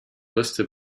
listed